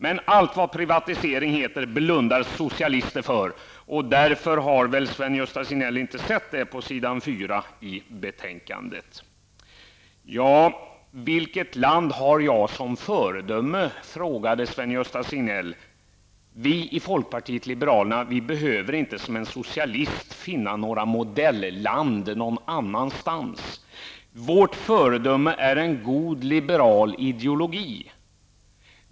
Men allt vad privatisering heter blundar socialister för; därför har väl Sven-Gösta Signell inte sett det på s. 4 i betänkandet. Sven-Gösta Signell frågade vilket land jag har som förebild. Vi i folkpartiet liberalerna behöver inte, som socialisterna, finna något modelland någon annanstans. Vårt föredöme är en god liberal ideologi.